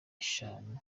eshanu